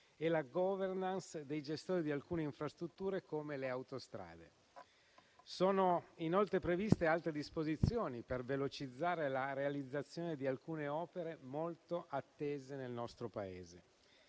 e la *governance* dei gestori di alcune infrastrutture, come le autostrade. Sono inoltre previste altre disposizioni per velocizzare la realizzazione di alcune opere molto attese nel nostro Paese: